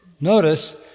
notice